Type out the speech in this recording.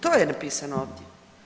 To je napisano ovdje